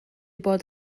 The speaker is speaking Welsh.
bod